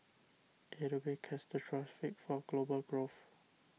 it would be catastrophic for global growth